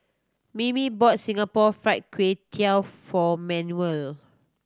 Mimi brought Singapore Fried Kway Tiao for Manuel